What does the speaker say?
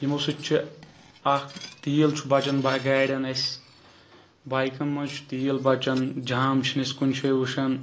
یِمو سۭتۍ چھُ اکھ تیٖل چھُ بَچان گاڑین اَسہِ بایکن منٛز چھُ تیٖل بَچان جام چھِ نہٕ أسۍ کُنہِ جایہِ وٕچھان